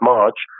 March